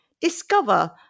Discover